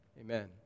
Amen